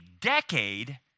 decade